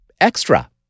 extra